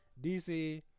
DC